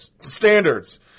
standards